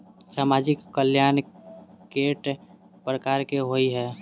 सामाजिक कल्याण केट प्रकार केँ होइ है?